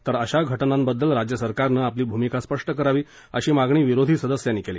तर अशा घटनांबद्दल राज्य सरकारनं आपली भूमिका स्पष्ट करावी अशी मागणी विरोधी सदस्यांनी केली